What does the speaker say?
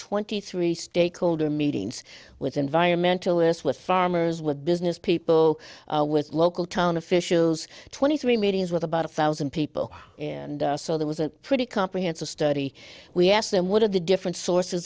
twenty three stakeholder meetings with environmentalists with farmers with business people with local town officials twenty three meetings with about a thousand people and so there was a pretty comprehensive study we asked them what are the different sources